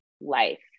life